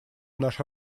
наша